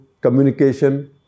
communication